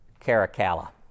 Caracalla